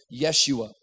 Yeshua